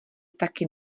taky